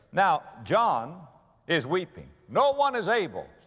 now, john is weeping. no one is able.